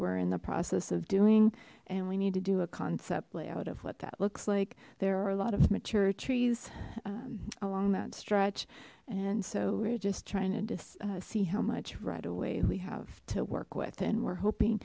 we're in the process of doing and we need to do a concept layout of what that looks like there are a lot of mature trees along that stretch and so we're just trying to see how much right away we have to work with and we're hoping